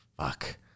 Fuck